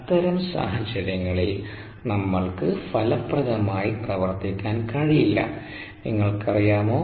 അത്തരം സാഹചര്യങ്ങളിൽ നമ്മൾക്ക് ഫലപ്രദമായി പ്രവർത്തിക്കാൻ കഴിയില്ല നിങ്ങൾക്കറിയാമോ